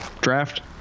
draft